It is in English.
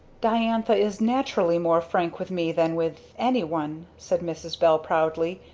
diantha is naturally more frank with me than with anyone, said mrs. bell proudly,